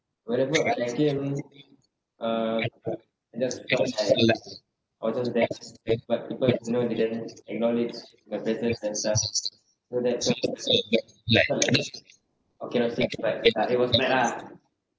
whatever I gained uh there's I was just there but people you know didn't acknowledge orh cannot say but it was bad lah